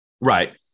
Right